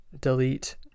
delete